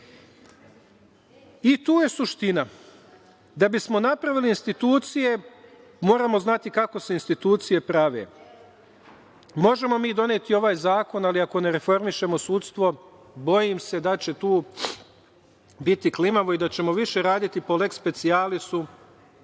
I tu je suština. Da bismo napravili institucije moramo znati kako se institucije prave. Možemo mi doneti ovaj zakon, ali ako ne reformišemo sudstvo, bojim se da će tu biti klimavo i da ćemo više raditi po leks specijalisu